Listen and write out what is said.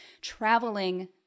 traveling